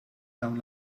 dawn